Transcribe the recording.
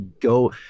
go